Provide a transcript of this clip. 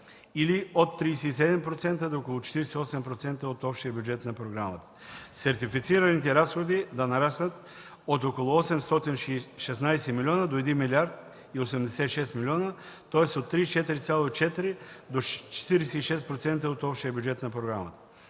или от 37% на около 48% от общия бюджет на програмата; сертифицираните разходи да нараснат от около 816 млн. лв. до 1 млрд. и 86 млн. лв., тоест от 34,4% до 46% от общия бюджет на програмата.